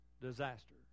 disaster